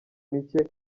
mike